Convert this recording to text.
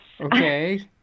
Okay